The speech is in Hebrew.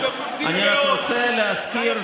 ואני רק רוצה להזכיר,